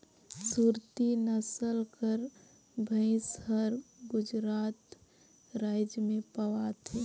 सुरती नसल कर भंइस हर गुजरात राएज में पवाथे